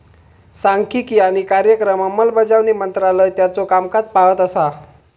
सांख्यिकी आणि कार्यक्रम अंमलबजावणी मंत्रालय त्याचो कामकाज पाहत असा